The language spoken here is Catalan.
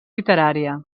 literària